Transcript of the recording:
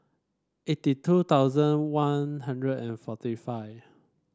eighty two thousand One Hundred and forty five